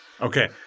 Okay